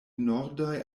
nordaj